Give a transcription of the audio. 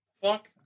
Fuck